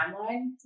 timeline